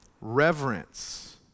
reverence